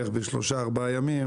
בערך בשלוה-ארבעה ימים,